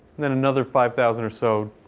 then another five thousand or so